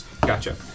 Gotcha